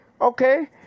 okay